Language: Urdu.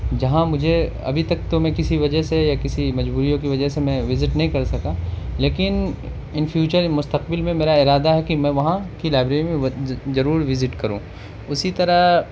جہاں مجھے ابھی تک تو میں کسی وجہ سے یا کسی مجبوریوں کی وجہ سے میں وزٹ نہیں کر سکا لیکن ان فیوچر مستقبل میں میرا ارادہ ہے کہ میں وہاں کی لائبریری میں ضرور وزٹ کروں اسی طرح